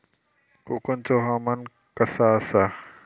कोकनचो हवामान कसा आसा?